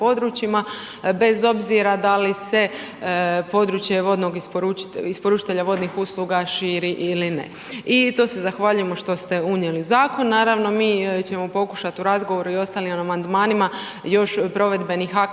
bez obzira da li se područje vodnog, isporučitelja vodnih usluga širi ili ne i to se zahvaljujemo što ste unijeli u zakon. Naravno, mi ćemo pokušati u razgovoru i ostalim amandmanima još provedbenih